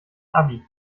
abi